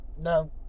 no